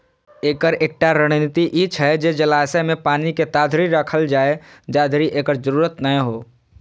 एकर एकटा रणनीति ई छै जे जलाशय मे पानि के ताधरि राखल जाए, जाधरि एकर जरूरत नै हो